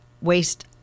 waste